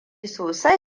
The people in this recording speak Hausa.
sosai